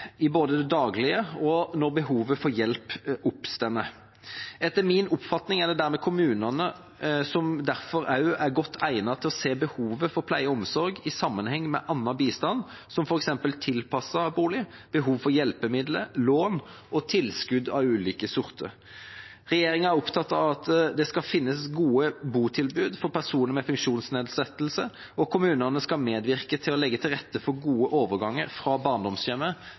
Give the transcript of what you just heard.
både i det daglige og når behov for å få hjelp oppstår. Etter min oppfatning er det dermed kommunene som også er godt egnet til å se behovet for pleie og omsorg i sammenheng med annen bistand, som f.eks. tilpasset bolig, behovet for hjelpemidler, lån og tilskudd av ulike sorter. Regjeringa er opptatt av at det skal finnes gode botilbud for personer med funksjonsnedsettelse, og kommunene skal medvirke til å legge til rette for gode overganger fra barndomshjemmet